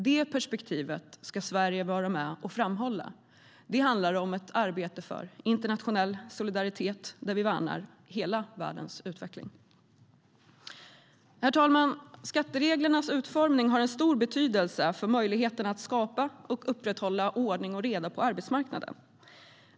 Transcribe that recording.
Det perspektivet ska Sverige vara med och framhålla. Det handlar om ett arbete för internationell solidaritet, där vi värnar hela världens utveckling. Herr ålderspresident! Skattereglernas utformning har stor betydelse för möjligheterna att skapa och upprätthålla ordning och reda på arbetsmarknaden.